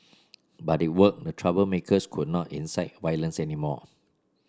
but it worked the troublemakers could not incite violence anymore